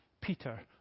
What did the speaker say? Peter